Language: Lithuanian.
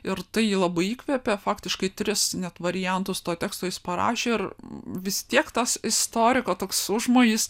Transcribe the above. ir tai jį labai įkvėpė faktiškai tris net variantus to teksto jis parašė ir vis tiek tas istoriko toks užmojis